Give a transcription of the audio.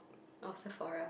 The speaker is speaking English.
or Sephora